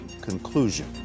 conclusion